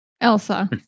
Elsa